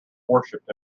worshipped